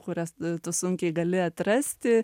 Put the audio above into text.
kurias tu sunkiai gali atrasti